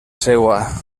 seua